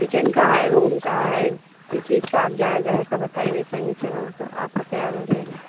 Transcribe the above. kitchen का है room का है किस चीज का आप जाहे जाहे का बताएँगी फ़र्नीचर वो आपका तैयार हो जाएगा